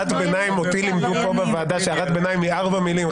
--- אותי לימדו פה בוועדה שהערת ביניים היא ארבע מילים,